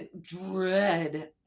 dread